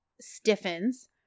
stiffens